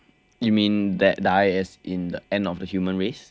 you mean that die as in the end of the human race